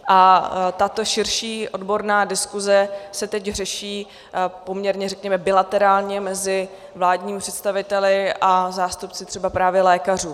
A tato širší odborná diskuse se teď řeší poměrně, řekněme, bilaterálně mezi vládními představiteli a zástupci třeba právě lékařů.